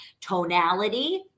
tonality